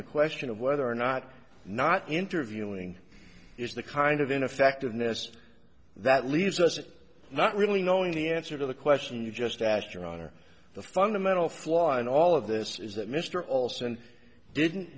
the question of whether or not not interviewing is the kind of ineffectiveness that leaves us not really knowing the answer to the question you just asked your honor the fundamental flaw in all of this is that mr olson didn't